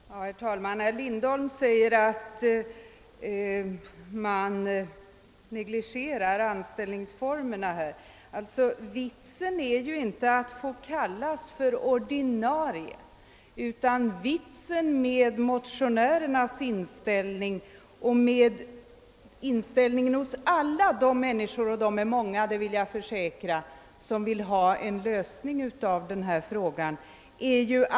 Herr talman! Herr Lindholm säger alt man negligerar anställningsformerna. Men vitsen med förslaget är ju inte alt befattningshavaren får kallas ordinarie utan vitsen är ju att vederbörande får helt andra sociala förmåner och att trygghetsaspekten därmed tillgodoses på ett helt annat sätt än om tjänsten är icke ordinarie.